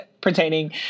pertaining